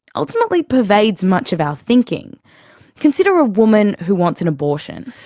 ultimately pervades much of our thinking consider a woman who wants an abortion.